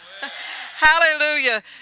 Hallelujah